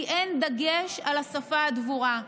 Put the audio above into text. כי אין דגש על השפה הדבורה.